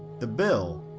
the bill,